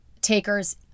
takers